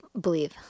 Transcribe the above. Believe